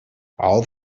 all